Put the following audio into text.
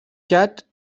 cat